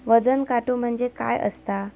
वजन काटो म्हणजे काय असता?